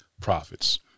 profits